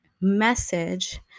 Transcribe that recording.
message